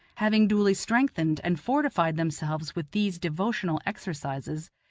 having duly strengthened and fortified themselves with these devotional exercises,